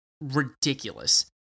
ridiculous